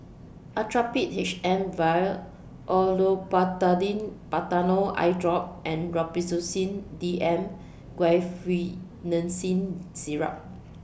Actrapid H M Vial Olopatadine Patanol Eyedrop and Robitussin D M Guaiphenesin Syrup